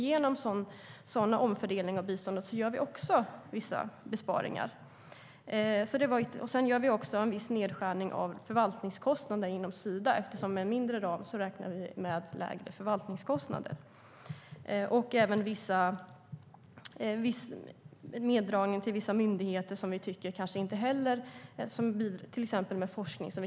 Genom en sådan omfördelning av biståndet gör vi också vissa besparingar. Vi vill också att det ska ske en neddragning till vissa myndigheter som sysslar till exempel med forskning.